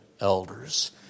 elders